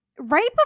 right